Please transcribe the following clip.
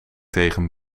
tegen